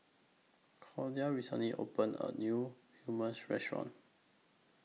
Claudia recently opened A New Hummus Restaurant